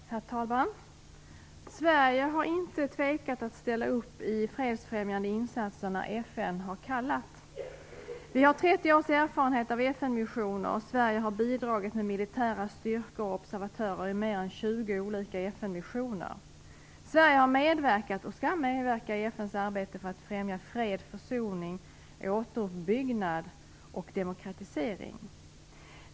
Herr talman! Sverige har inte tvekat att ställa upp i fredsfrämjande insatser när FN kallat. Vi har 30 års erfarenhet av FN-missioner, och Sverige har bidragit med militära styrkor och observatörer i mer än 20 olika FN-missioner. Sverige har medverkat - och skall medverka - i FN:s arbete för att främja fred, försoning, återuppbyggnad och demokratisering.